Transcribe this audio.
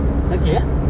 okay ah